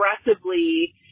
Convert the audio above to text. aggressively